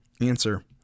Answer